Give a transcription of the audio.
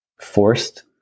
forced